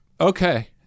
Okay